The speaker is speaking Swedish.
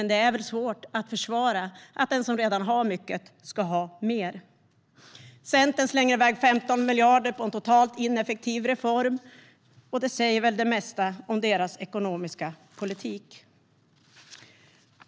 Det är väl svårt att försvara att den som redan har mycket ska ha mer. Centern slänger iväg 15 miljarder på en totalt ineffektiv reform. Det säger väl det mesta om deras ekonomiska politik.